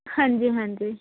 ਹਾਂਜੀ ਹਾਂਜੀ